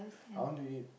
I want to eat